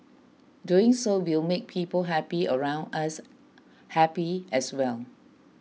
doing so will make people happy around us happy as well